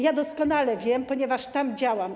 Ja doskonale wiem, ponieważ tam działam.